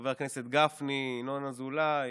חבר הכנסת גפני, ינון אזולאי,